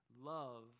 love